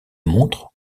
montre